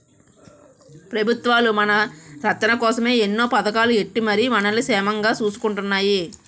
పెబుత్వాలు మన రచ్చన కోసమే ఎన్నో పదకాలు ఎట్టి మరి మనల్ని సేమంగా సూసుకుంటున్నాయి